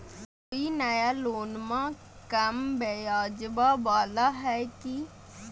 कोइ नया लोनमा कम ब्याजवा वाला हय की?